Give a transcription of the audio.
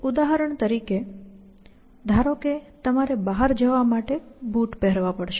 ઉદાહરણ તરીકે ધારો કે તમારે બહાર જવા માટે બૂટ પહેરવા પડશે